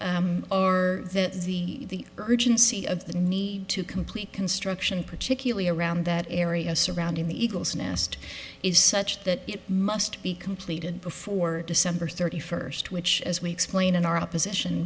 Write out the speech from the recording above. or that the urgency of the need to complete construction particularly around that area surrounding the eagle's nest is such that it must be completed before december thirty first which as we explain in our opposition